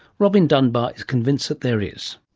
robin dunbar is convinced that there is.